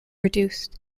reduced